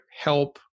help